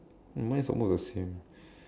mine is almost the same